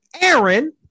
Aaron